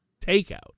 takeout